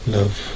Love